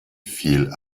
viel